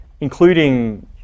Including